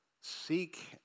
Seek